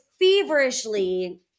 feverishly